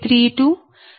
0832 0